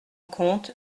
compte